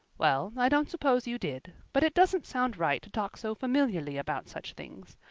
well i don't suppose you did but it doesn't sound right to talk so familiarly about such things.